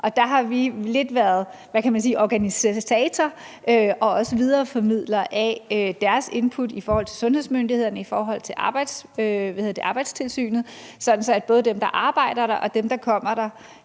Og der har vi lidt været, hvad kan man sige, organisatorer og også videreformidlere af deres input i forhold til sundhedsmyndighederne og i forhold til Arbejdstilsynet, sådan at både dem, der arbejder der, og dem, der kommer der